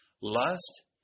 Lust